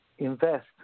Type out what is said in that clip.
invest